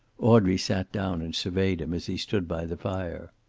audrey sat down and surveyed him as he stood by the fire.